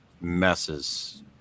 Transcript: messes